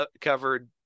covered